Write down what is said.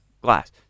glass